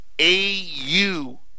AU